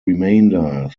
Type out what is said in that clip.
remainder